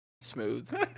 Smooth